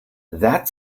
that